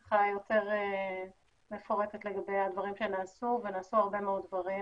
יותר מפורטת לגבי הדברים שנעשו ונעשו הרבה מאוד דברים,